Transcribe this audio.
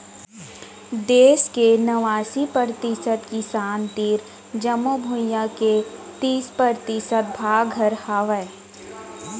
देस के नवासी परतिसत किसान तीर जमो भुइयां के तीस परतिसत भाग हर हावय